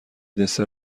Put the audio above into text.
دسر